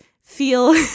feel